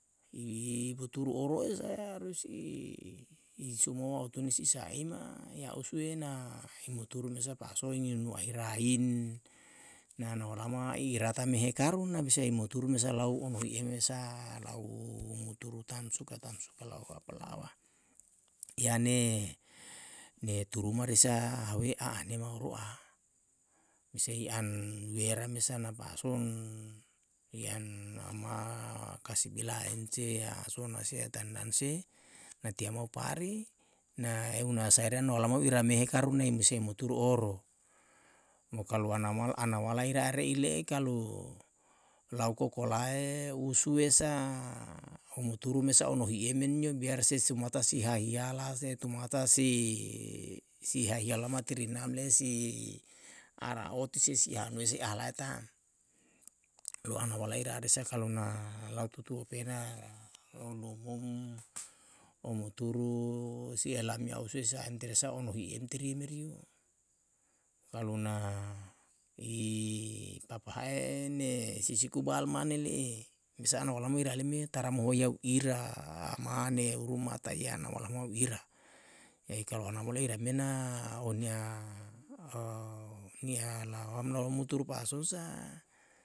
I buturu oro e sae harus i somuo mo otun si sa'ima ya usue na i muturu mesa pa'asoi ni nua ahirain nano olama i tara me hekaru na bisa e muturu mesa lau ono hi e mesa lau muturu tam suka tam suka lau apalawa. yane ne turu ma resa haue a ane mau ro'a bisa i an wera mesa na pa'ason i an ama kasibi lain se a sona se a tandan se na tia mau pari na euna saere na olama ira me hekaru nae mesae muturu oro mo kalu ana mal ana wala ira re'ire le'e kalu lau kokolae usue sa u muturu mesa ono hi'e menio biar se si tumata si hahiala tumata si si hahiala ma tirinam le'e si ara oti se si hanue si alae ta'm lo anae walae rare sa kalu na lau tutu ope na lou nomom o muturu si elam yau sue sae entere sa ono hi entri merio. kalu na i papahae ne si siku bal mane le'e bisa no olama ira le me taramo ho yau ira amane uru mata iana walama wu'ira. jadi kalu ana bole ira mena oni'a nia lawam lawam muturu pa'ason sa